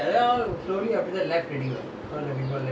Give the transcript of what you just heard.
it was so much of err fun down there lah